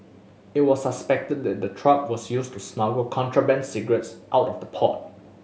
it was suspected that the truck was used to smuggle contraband cigarettes out of the port